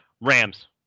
Rams